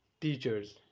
teachers